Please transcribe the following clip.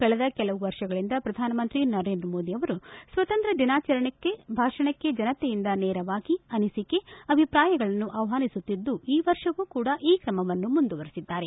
ಕಳೆದ ಕೆಲವು ವರ್ಷಗಳಿಂದ ಪ್ರಧಾನ ಮಂತ್ರಿ ನರೇಂದ್ರ ಮೋದಿ ಅವರು ಸ್ವಾತಂತ್ರ್ಯ ದಿನಾಚರಣೆ ಭಾಷಣಕ್ಕೆ ಜನತೆಯಿಂದ ನೇರವಾಗಿ ಅನಿಸಿಕೆ ಅಭಿಪ್ರಾಯಗಳನ್ನು ಆಹ್ವಾನಿಸುತ್ತಿದ್ದು ಈ ವರ್ಷವೂ ಕೂಡ ಈ ಕ್ರಮವನ್ನು ಮುಂದುವರೆಸಿದ್ದಾರೆ